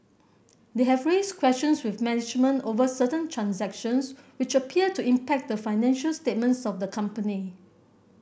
they have raised questions with management over certain transactions which appear to impact the financial statements of the company